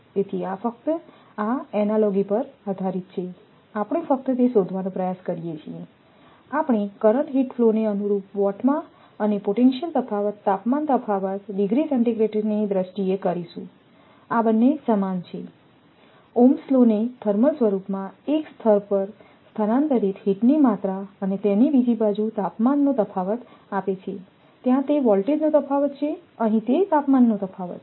તેથી આ ફક્ત આ એનાલોગી પર આધારિત છે આપણે ફક્ત તે શોધવાનો પ્રયત્ન કરીએ છીએ આપણે કરંટ હીટફ્લોને અનુરૂપ વોટમાં અને પોટેન્શિયલ તફાવત તાપમાન તફાવત ડિગ્રી સેન્ટિગ્રેડની દ્રષ્ટિએ કરીશુંઆ બંને સમાન છે ઓહ્મસ લૉને થર્મલ સ્વરૂપમાં એક સ્તરબાજુ પર સ્થાનાંતરિત હીટની માત્રા અને તેની બીજી બાજુ તાપમાનનો તફાવત આપે છેત્યાં તે વોલ્ટેજનોતફાવત છે અહીં તે તાપમાનનો તફાવત છે